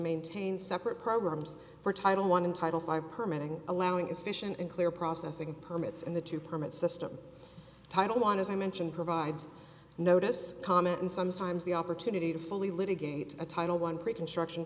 maintain separate programs for title one and title five permanent allowing efficient and clear processing permits and the two permit system title one as i mentioned provides notice comment and sometimes the opportunity to fully litigate a title one pre construction